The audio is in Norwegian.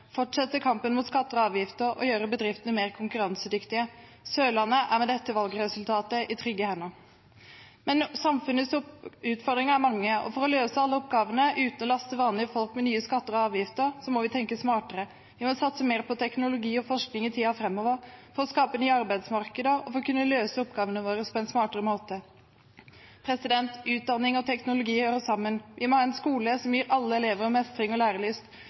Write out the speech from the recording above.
fortsette kampen mot skatter og avgifter og gjøre bedriftene mer konkurransedyktige. Sørlandet er med dette valgresultatet i trygge hender. Samfunnets utfordringer er mange, og for å løse alle oppgavene uten å belaste vanlige folk med nye skatter og avgifter må vi tenke smartere. Vi må satse mer på teknologi og forskning i tiden framover, for å skape nye arbeidsmarkeder og for å kunne løse oppgavene våre på en smartere måte. Utdanning og teknologi hører sammen. Vi må ha en skole som gir alle elever mestringsfølelse og